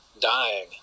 dying